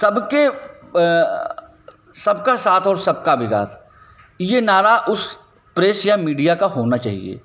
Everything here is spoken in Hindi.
सबके सबका साथ और सबका विकास ये नारा उस प्रेस या मीडिया का होना चाहिए